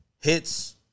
hits